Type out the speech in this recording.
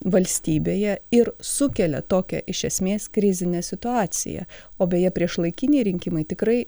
valstybėje ir sukelia tokią iš esmės krizinę situaciją o beje priešlaikiniai rinkimai tikrai